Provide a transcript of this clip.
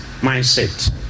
mindset